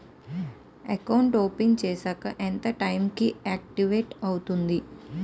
Account నీ open చేశాక ఎంత టైం కి ఆక్టివేట్ అవుతుంది?